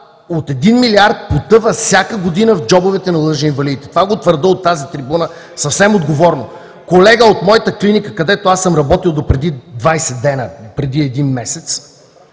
от един милиард потъва всяка година в джобовете на лъжеинвалидите. Това го твърдя от тази трибуна съвсем отговорно. Колега от моята клиника, където аз съм работил допреди 20 дни, един месец,